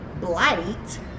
blight